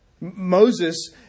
Moses